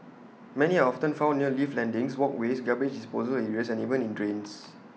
many are often found near lift landings walkways garbage disposal areas and even in drains